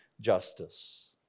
justice